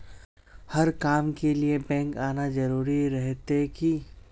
हर काम के लिए बैंक आना जरूरी रहते की?